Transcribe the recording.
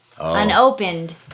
unopened